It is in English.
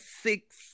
six